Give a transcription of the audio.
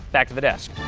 back to the desk.